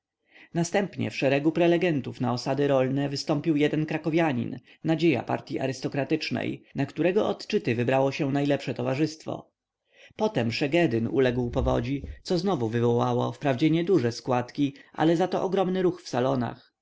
następnie w szeregu prelegentów na osady rolne wystąpił jeden krakowianin nadzieja partyi arystokratycznej na którego odczyt wybrało się najlepsze towarzystwo potem szegedyn uległ powodzi co znowu wywołało wprawdzie nieduże składki ale zato ogromny ruch w salonach